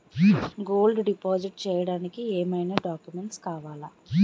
Gold deposit చేయడానికి ఏమైనా documents కావాలా?